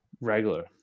regular